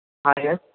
yes